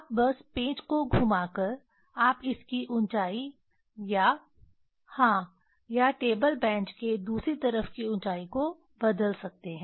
आप बस पेंच को घुमा कर आप इसकी ऊंचाई संदर्भ समय 0435 या हाँ या टेबल बेंच के दूसरी तरफ की ऊंचाई को बदल सकते हैं